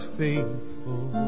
faithful